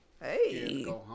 Hey